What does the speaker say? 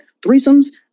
threesomes